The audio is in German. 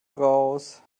raus